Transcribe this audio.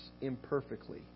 imperfectly